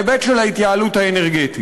ההיבט של ההתייעלות האנרגטית.